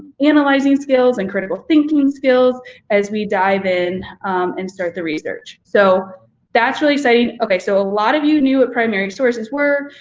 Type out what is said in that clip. analyzing skills and critical thinking skills as we dive in and start the research. so that's really exciting. okay, so a lot of you knew what primary sources were.